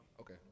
Okay